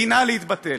דינה להתבטל.